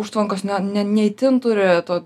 užtvankos ne ne ne itin turi to